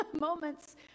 moments